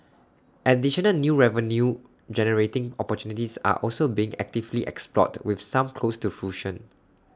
additional new revenue generating opportunities are also being actively explored with some close to fruition